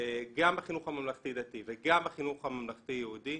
גם בחינוך הממלכתי-דתי וגם בחינוך הממלכתי יהודי,